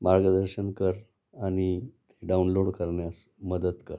मार्गदर्शन कर आणि ते डाउनलोड करण्यास मदत कर